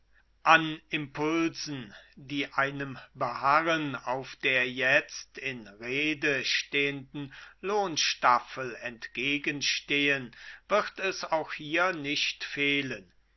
an impulsen die einem beharren auf der jetzt in rede stehenden lohnstaffel entgegenstehen wird es auch hier nicht fehlen